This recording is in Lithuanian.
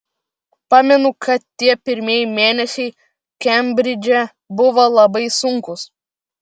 pamenu kad tie pirmieji mėnesiai kembridže buvo labai sunkūs